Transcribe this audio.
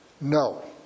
no